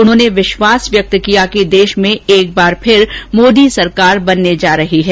उन्होंने विष्वास व्यक्त किया कि देश में एक बार फिर मोदी सरकार बनने जा रही है